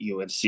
UNC